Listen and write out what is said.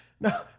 No